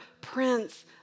prince